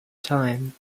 time